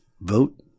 Vote